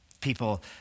people